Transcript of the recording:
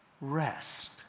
rest